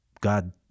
God